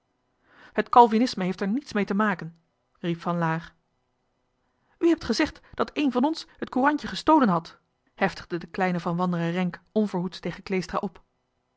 heeft er niets mee te maken riep van laer johan de meester de zonde in het deftige dorp u hebt gezegd dat een van ons het courantje gestolen had heftigde de kleine van wanderen renck onverhoeds tegen kleestra op